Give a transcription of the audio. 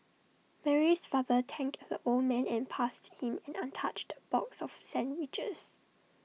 Mary's father thanked the old man and passed him an untouched box of sandwiches